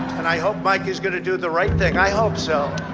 and i hope mike is going to do the right thing. i hope so.